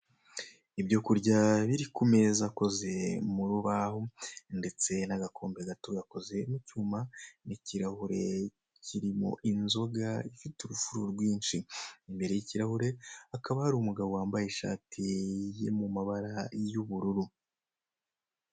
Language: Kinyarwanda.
Ibyo kurya biri ku meza akoze mu rubaho ndetse n'agakombe gato gakoze mu cyuma, n'ikirahure kirimo inzoga ifite urufuro rwinshi, imbere y'ikarahure hakaba hari umugabo wambaye ishati iri yo mu mabara y'ubururu.